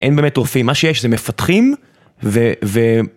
אין באמת רופאים, מה שיש זה מפתחים ו.. ו..